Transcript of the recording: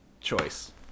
choice